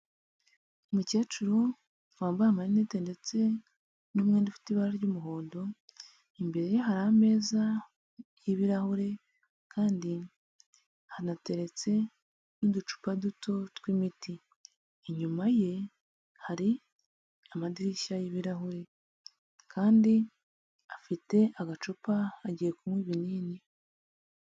Umukecuru wambaye amarinet ndetse n'umwenda ufite ibara ry'umuhondo, imbere ye hari ameza y'ibirahure kandi hanateretse n'uducupa duto tw'imiti, inyuma ye hari amadirishya y'ibirahure kandi afite agacupa agiye kunywa ibinini.